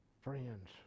Friends